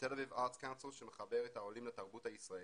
תל אביב ארט קאונסיל שמחבר את העולים לתרבת הישראלית